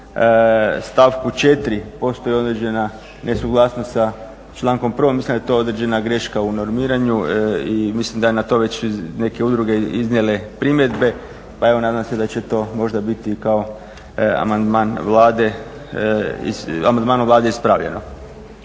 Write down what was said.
stavku 4. postoje određena nesuglasnost sa člankom 1., mislim da je to određena greška u normiranju i mislim da je na to već neke udruge iznijele primjedbe pa nadam se da će to možda biti kao amandman Vlade, amandmanom